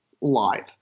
live